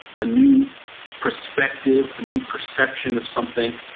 a new perspective. a new perception of something.